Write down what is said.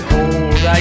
old